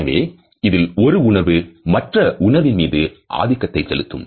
எனவே இதில் ஒரு உணர்வு மற்ற உணர்வின் மீது ஆதிக்கத்தை செலுத்தும்